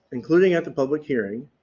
including at the public hearing,